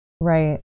Right